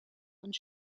und